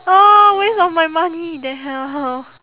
ugh waste of my money the hell